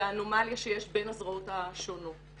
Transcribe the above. והאנומליה שיש בין הזרועות השונות.